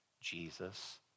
Jesus